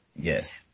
Yes